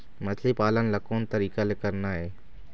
मछली पालन ला कोन तरीका ले करना ये?